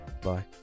Bye